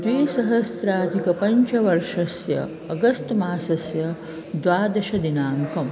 द्विसहस्राधिकपञ्चवर्षस्य अगस्त् मासस्य द्वादशदिनाङ्कः